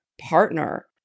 partner